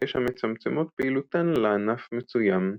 ויש המצמצמות פעילותן לענף מסוים,